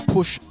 Push